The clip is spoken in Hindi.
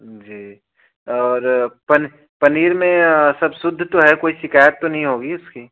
जी और पन पनीर में सब शुद्ध तो है कोई शिकायत तो नहीं होगी उसकी